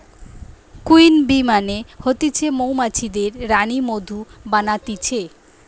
queen bee মানে হতিছে মৌমাছিদের রানী মধু বানাতিছে